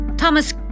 Thomas